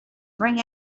bring